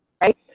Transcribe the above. right